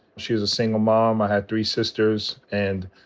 she was a single mom. i had three sisters. and,